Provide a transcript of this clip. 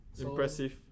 Impressive